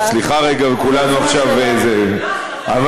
"סליחה רגע", וכולנו עכשיו, לא,